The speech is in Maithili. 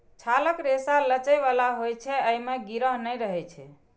छालक रेशा लचै बला होइ छै, अय मे गिरह नै रहै छै